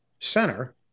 center